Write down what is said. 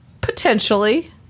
Potentially